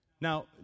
Now